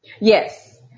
Yes